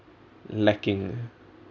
lacking